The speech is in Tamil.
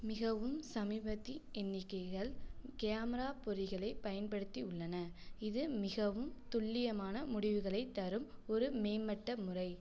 மிகவும் சமீபத்திய எண்ணிக்கைகள் கேமரா பொறிகளை பயன்படுத்தியுள்ளன இது மிகவும் துல்லியமான முடிவுகளை தரும் ஒரு மேம்பட்ட முறை